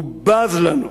הוא בז לנו,